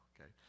okay